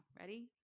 Ready